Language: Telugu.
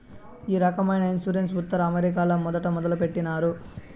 ఈ రకమైన ఇన్సూరెన్స్ ఉత్తర అమెరికాలో మొదట మొదలుపెట్టినారు